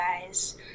guys